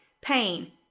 pain